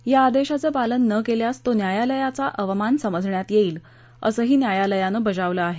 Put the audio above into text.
या आदेशाचं पालन न केल्यास तो न्यायालयाचा अवमान समजण्यात येईल असंही न्यायालयानं बजावलं आहे